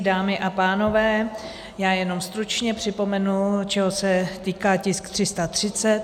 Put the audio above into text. Dámy a pánové, já jenom stručně připomenu, čeho se týká tisk 330.